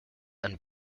and